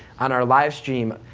on our live stream,